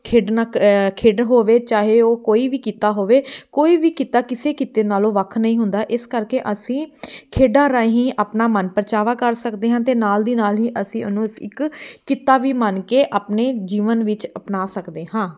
ਖੇਡਣਾ ਖੇਡ ਹੋਵੇ ਚਾਹੇ ਉਹ ਕੋਈ ਵੀ ਕਿੱਤਾ ਹੋਵੇ ਕੋਈ ਵੀ ਕਿੱਤਾ ਕਿਸੇ ਕਿੱਤੇ ਨਾਲ਼ੋਂ ਵੱਖ ਨਹੀਂ ਹੁੰਦਾ ਇਸ ਕਰਕੇ ਅਸੀਂ ਖੇਡਾਂ ਰਾਹੀਂ ਆਪਣਾ ਮਨ ਪਰਚਾਵਾ ਕਰ ਸਕਦੇ ਹਾਂ ਅਤੇ ਨਾਲ਼ ਦੀ ਨਾਲ਼ ਹੀ ਅਸੀਂ ਉਹਨੂੰ ਇੱਕ ਕਿੱਤਾ ਵੀ ਮੰਨ ਕੇ ਆਪਣੇ ਜੀਵਨ ਵਿੱਚ ਅਪਣਾ ਸਕਦੇ ਹਾਂ